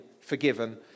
forgiven